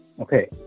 Okay